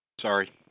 Sorry